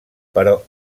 però